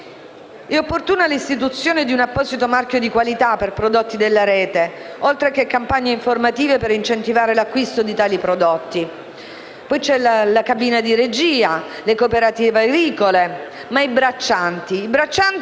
È opportuna l'istituzione di un apposito marchio di qualità per prodotti della Rete, oltre che campagne informative per incentivare l'acquisto di tali prodotti. Ci sono poi la cabina di regia e le cooperative agricole, ma sono i braccianti